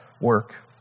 work